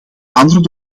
anderen